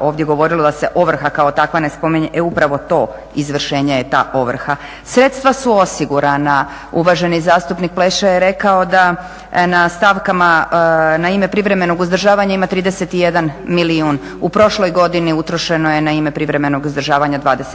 ovdje govorilo, da se ovrha kao takva ne spominje, e upravo to izvršenje je ta ovrha. Sredstva su osigurana, uvaženi zastupnik Pleše je rekao da na stavkama, na ime privremenog uzdržavanja ima 31 milijun, u prošloj godini utrošeno je na ime privremenog uzdržavanja 29 milijuna.